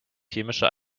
chemische